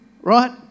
right